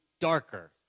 darker